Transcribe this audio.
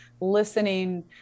listening